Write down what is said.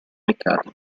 peccati